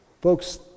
Folks